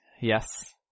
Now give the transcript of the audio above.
Yes